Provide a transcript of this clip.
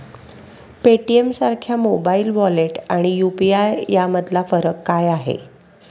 पेटीएमसारख्या mobile wallet आणि UPI यामधला फरक काय आहे?